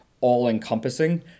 all-encompassing